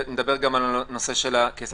ונדבר גם על נושא הכסף.